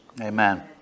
Amen